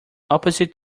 opposite